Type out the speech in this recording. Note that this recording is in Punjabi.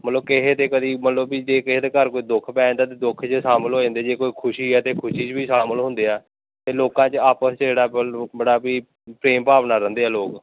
ਮਤਲਬ ਕਿਸੇ 'ਤੇ ਕਦੀ ਮੰਨ ਲਉ ਵੀ ਜੇ ਕਿਸੇ ਦੇ ਘਰ ਕੋਈ ਦੁੱਖ ਪੈ ਜਾਂਦਾ ਤਾਂ ਦੁੱਖ 'ਚ ਸ਼ਾਮਿਲ ਹੋ ਜਾਂਦੇ ਜੇ ਕੋਈ ਖੁਸ਼ੀ ਹੈ ਤਾਂ ਖੁਸ਼ੀ 'ਚ ਵੀ ਸ਼ਾਮਿਲ ਹੁੰਦੇ ਆ ਅਤੇ ਲੋਕਾਂ 'ਚ ਆਪਸ 'ਚ ਜਿਹੜਾ ਬਲ ਬੜਾ ਵੀ ਪ੍ਰੇਮ ਭਾਵ ਨਾਲ ਰਹਿੰਦੇ ਆ ਲੋਕ